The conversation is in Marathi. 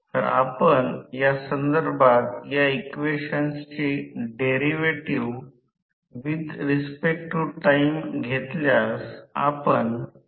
तर अनियंत्रितपणे ते घेतले जाते परंतु हे एक चुंबकीय क्षेत्र एक समकालिक वेगाने फिरते ns प्रत्यक्षात विद्युत अभियांत्रिकी मध्ये अनेक गोष्टी दृश्यमान नसते